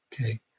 okay